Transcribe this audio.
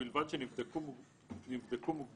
ובלבד שנבדקו מוגבלותם